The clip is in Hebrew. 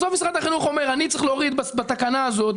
בסוף משרד החינוך אומר שהוא צריך להוריד בתקנה הזאת,